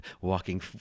walking